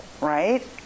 right